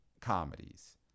comedies